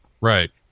Right